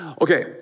Okay